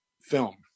film